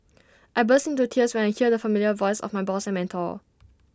I burst into tears when I heard the familiar voice of my boss and mentor